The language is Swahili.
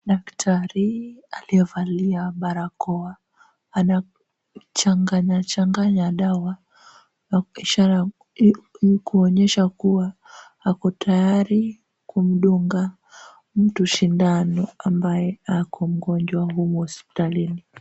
Daktari aliyevalia barakoa anachanganya changanya dawa kuonyesha kuwa ako tayari kumdunga mtu sindano ambaye ako mgonjwa humu hospitalini.